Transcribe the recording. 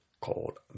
called